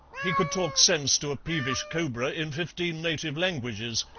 he could talk sense to a peevish cobra in fifteen native languages,